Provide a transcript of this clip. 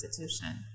institution